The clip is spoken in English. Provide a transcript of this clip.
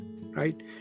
right